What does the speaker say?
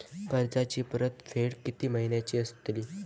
कर्जाची परतफेड कीती महिन्याची असतली?